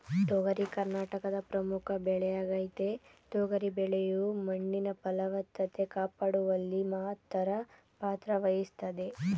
ತೊಗರಿ ಕರ್ನಾಟಕದ ಪ್ರಮುಖ ಬೆಳೆಯಾಗಯ್ತೆ ತೊಗರಿ ಬೆಳೆಯು ಮಣ್ಣಿನ ಫಲವತ್ತತೆ ಕಾಪಾಡುವಲ್ಲಿ ಮಹತ್ತರ ಪಾತ್ರವಹಿಸ್ತದೆ